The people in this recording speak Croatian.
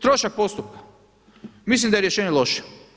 Trošak postupka, mislim da je rješenje loše.